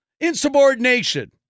Insubordination